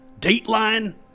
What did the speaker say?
Dateline